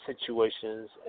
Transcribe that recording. situations